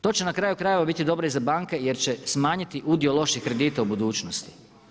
To će na kraju krajeva biti dobro i za banke jer će smanjiti udio loših kredita u budućnosti.